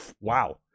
wow